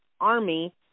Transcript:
army